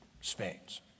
Spain's